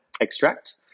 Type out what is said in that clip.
extract